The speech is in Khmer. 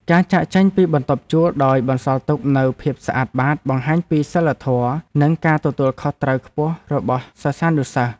ការចាកចេញពីបន្ទប់ជួលដោយបន្សល់ទុកនូវភាពស្អាតបាតបង្ហាញពីសីលធម៌និងការទទួលខុសត្រូវខ្ពស់របស់សិស្សានុសិស្ស។